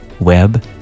web